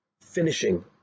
finishing